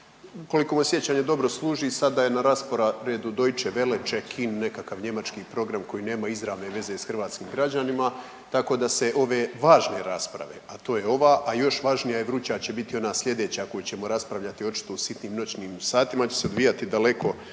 Ukoliko me sjećanje dobro služi sada je na rasporedu Deutsche welle, chek-in nekakav njemački program koji nema izravne veze s hrvatskim građanima tako da se ove važne rasprave, a to je ova, a još važnija i vruća će biti ona slijedeća koju ćemo raspravljati očito u sitnim noćnim satima ona će se odvijati daleko